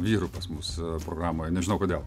vyrų pas mus programoj nežinau kodėl